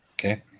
Okay